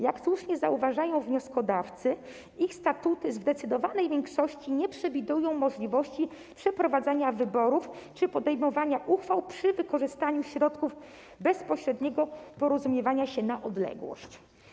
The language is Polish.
Jak słusznie zauważają wnioskodawcy, ich statuty w zdecydowanej większości nie przewidują możliwości przeprowadzania wyborów czy podejmowania uchwał przy wykorzystaniu środków bezpośredniego porozumiewania się na odległość.